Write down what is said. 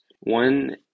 one